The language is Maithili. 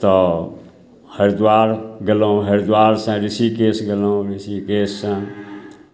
तऽ हरिद्वार गेलहुँ हरिद्वार से ऋषिकेश गेलहुँ ऋषिकेश से